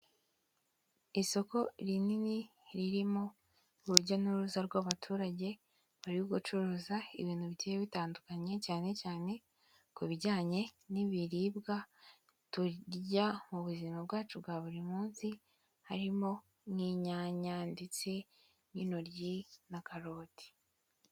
Isoko rinini ririmo urujya n'uruza rw'abaturage, bari gucuruza ibintu bigiye bitandukanye, cyane cyane ku bijyanye n'ibiribwa turya mu buzima bwacu bwa buri munsi harimo: nk'inyanya ndetse n'intoryi na karoti.